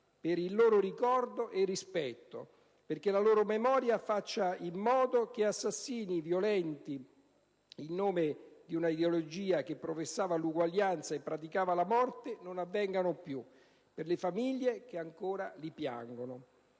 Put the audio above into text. per il loro ricordo e rispetto, perché la loro memoria faccia in modo che assassinii violenti in nome di una ideologia che professava l'uguaglianza e praticava la morte non avvengano più, per le famiglie che ancora li piangono.